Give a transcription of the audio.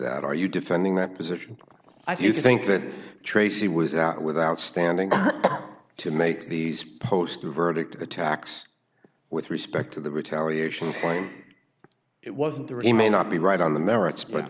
that are you defending that position i do you think that tracy was out without standing to make these post verdict attacks with respect to the retaliation claim it wasn't there remain not be right on the merits but